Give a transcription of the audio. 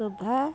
ଶୋଭା